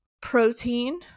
protein